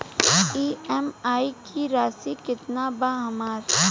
EMI की राशि केतना बा हमर?